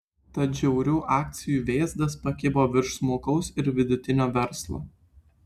tad žiaurių akcijų vėzdas pakibo virš smulkaus ir vidutinio verslo